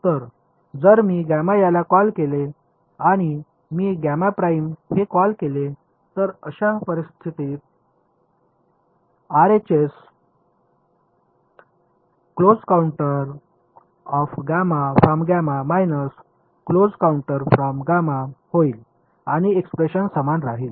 तर जर मी याला कॉल केले आणि मी हे कॉल केले तर अशा परिस्थितीत आरएचएस होईल आणि एक्सप्रेशन समान राहील